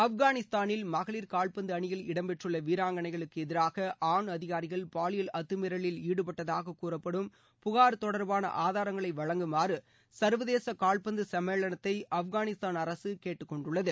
ஆப்கானிஸ்தானில் மகளிர் கால்பந்து அணியில் இடம்பெற்றுள்ள வீராங்கனைகளுக்க எதிராக ஆண் அதிகாரிகள் பாலியல் அத்துமீறலில் ஈடுபட்டதாக கூறப்படும் புகார் தொடர்பான ஆதாரங்களை வழங்குமாறு சர்வதேச கால்பந்து சம்மேளனத்தை ஆப்கானிஸ்தான் அரசு கேட்டுக்கொண்டுள்ளது